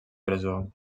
presó